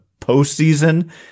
postseason